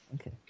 Okay